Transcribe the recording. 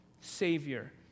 Savior